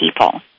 people